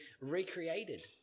recreated